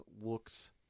looks